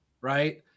right